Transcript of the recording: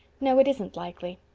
no, it isn't likely.